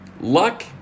Luck